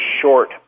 short